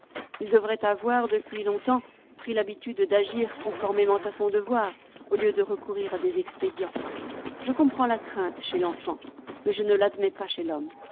il devrait avoir depuis longtemps pris l'habitude d'agir conformément à son devoir au lieu de recourir à des expédients je comprends la crainte chez l'enfant mais je ne l'admets pas chez l'homme